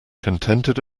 contented